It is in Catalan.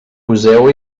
poseu